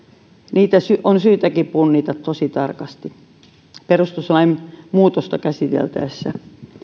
niitä on syytäkin punnita tosi tarkasti perustuslain muutosta käsiteltäessä